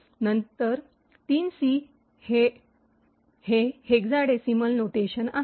तर ३ C hexadecimal notation आहे